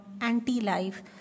anti-life